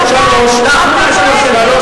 תן לי לתקן אותך, אדוני.